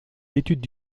l’étude